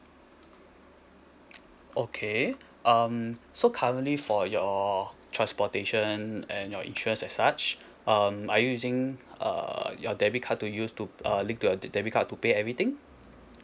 okay um so currently for your transportation and your interest as such um are you using uh your debit card to use to put uh link to debit card to pay everything